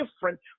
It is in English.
different